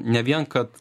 ne vien kad